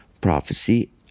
Prophecy